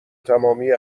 تمامی